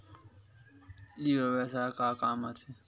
ई व्यवसाय का काम आथे?